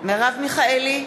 מרב מיכאלי,